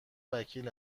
وکیل